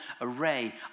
array